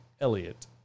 Elliot